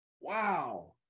wow